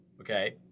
okay